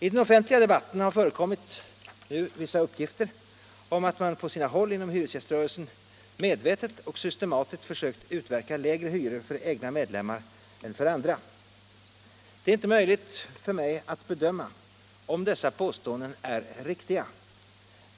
I den offentliga debatten har förekommit vissa uppgifter om att man på sina håll inom hyresgäströrelsen medvetet och systematiskt försökt utverka lägre hyror för egna medlemmar än för andra. Det är inte möjligt för mig att bedöma om dessa påståenden är riktiga.